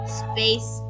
space